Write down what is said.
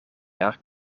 jaar